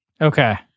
Okay